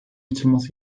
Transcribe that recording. açılması